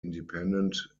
independent